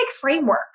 framework